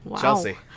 Chelsea